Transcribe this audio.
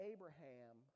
Abraham